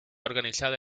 organizada